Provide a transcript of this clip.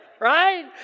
Right